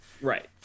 Right